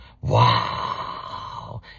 Wow